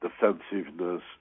defensiveness